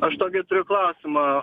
aš tokį turiu klausimą